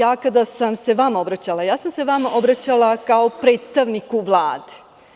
Kada sam se vama obraćala, obraćala sam vam se kao predstavniku Vlade.